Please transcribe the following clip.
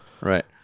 Right